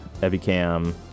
Evicam